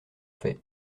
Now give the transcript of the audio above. fait